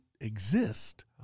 exist